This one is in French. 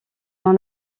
dans